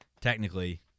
Technically